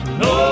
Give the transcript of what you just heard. no